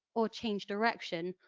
or change direction,